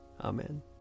Amen